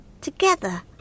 Together